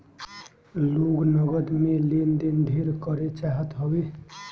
लोग नगद में लेन देन ढेर करे चाहत हवे